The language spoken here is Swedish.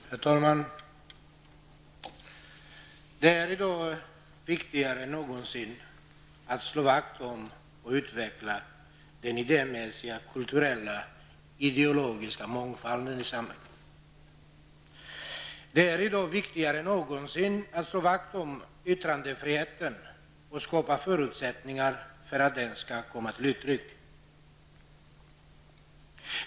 Herr talman! Det är i dag viktigare än någonsin att slå vakt om att utveckla den idémässiga, kulturella och ideologiska mångfalden i samhället. Det är i dag viktigare än någonsin att slå vakt om yttrandefriheten och skapa förutsättningar för att den skall komma till uttryck.